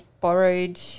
borrowed